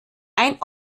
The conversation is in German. ein